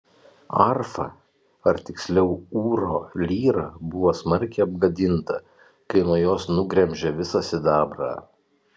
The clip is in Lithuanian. arfa ar tiksliau ūro lyra buvo smarkiai apgadinta kai nuo jos nugremžė visą sidabrą